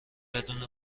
بدون